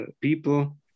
people